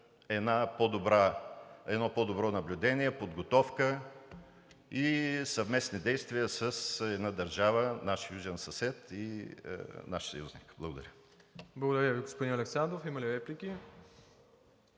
едно по-добро наблюдение, подготовка и съвместни действия с една държава – наш южен съсед, и наш съюзник. Благодаря. ПРЕДСЕДАТЕЛ МИРОСЛАВ ИВАНОВ: Благодаря Ви, господин Александров. Има ли реплики?